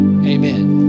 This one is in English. Amen